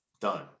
done